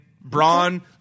Braun